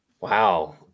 Wow